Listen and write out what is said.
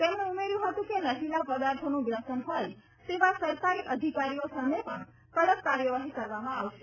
તેમણે ઉમેર્યું હતું કે નશીલા પદાર્થોનું વ્યસન હોય તેવા સરકારી અધિકારીઓ સામે પણ કડક કાર્યવાહી કરવામાં આવશે